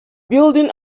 building